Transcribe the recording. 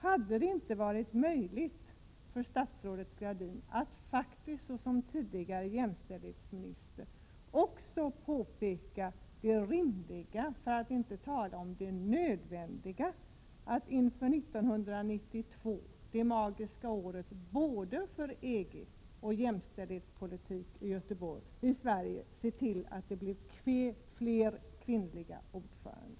Hade det inte varit möjligt för statsrådet Gradin att faktiskt, såsom tidigare jämställdhetsminister, också påpeka det rimliga — för att inte tala om det nödvändiga —i att inför 1992, det magiska året både för EG och för jämställdhetspolitiken i Sverige, se till att det blev fler kvinnliga ordförande?